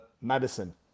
Madison